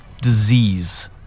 disease